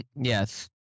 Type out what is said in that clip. Yes